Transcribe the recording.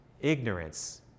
ignorance